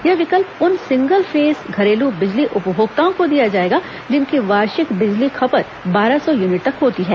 यह विकल्प उन सिंगल फेस घरेलू बिजली उपभोक्ताओं को दिया जाएगा जिनकी वार्षिक बिजली खपत बारह सौ यूनिट तक होती है